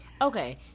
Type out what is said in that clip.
Okay